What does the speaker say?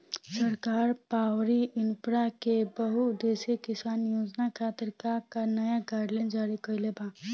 सरकार पॉवरइन्फ्रा के बहुउद्देश्यीय किसान योजना खातिर का का नया गाइडलाइन जारी कइले बा?